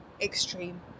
extreme